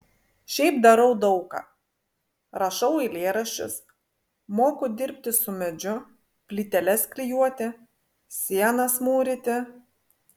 šiaip darau daug ką rašau eilėraščius moku dirbti su medžiu plyteles klijuoti sienas mūryti